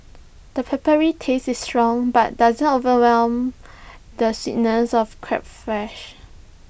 the peppery taste is strong but doesn't overwhelm the sweetness of crab's flesh